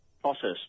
process